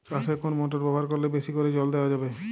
চাষে কোন মোটর ব্যবহার করলে বেশী করে জল দেওয়া যাবে?